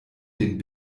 den